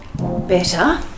Better